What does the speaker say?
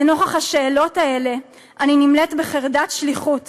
לנוכח השאלות האלה אני נמלאת בחרדת שליחות